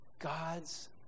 God's